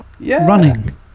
running